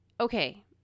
Okay